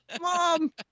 Mom